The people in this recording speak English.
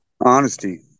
honesty